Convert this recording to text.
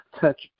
touch